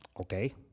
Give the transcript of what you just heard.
Okay